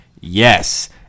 Yes